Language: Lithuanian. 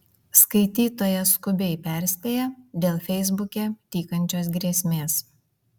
skaitytoja skubiai perspėja dėl feisbuke tykančios grėsmės